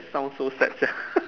sound so sad sia